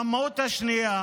הרמאות השנייה